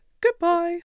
Goodbye